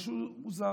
משהו מוזר,